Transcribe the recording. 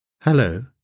Hello